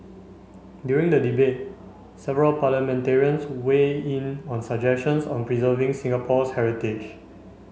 during the debate several parliamentarians weighed in on suggestions on preserving Singapore's heritage